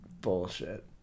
Bullshit